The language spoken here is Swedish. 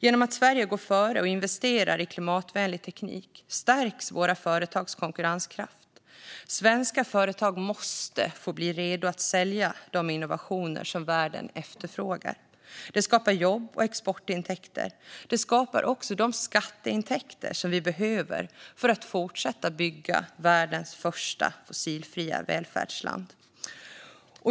Genom att Sverige går före och investerar i klimatvänlig teknik stärks våra företags konkurrenskraft. Svenska företag måste få bli redo att sälja de innovationer som världen efterfrågar. Det skapar jobb och exportintäkter. Det skapar också de skatteintäkter som vi behöver för att fortsätta att bygga världens första fossilfria välfärdsland.